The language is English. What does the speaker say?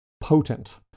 potent